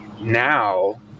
now